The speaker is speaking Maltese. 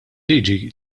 liġi